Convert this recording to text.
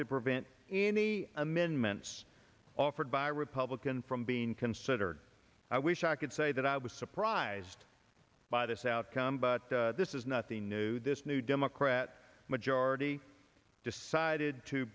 to prevent any amendments offered by republican from being considered i wish i could say that i was surprised by this outcome but this is nothing new this new democrat majority decided to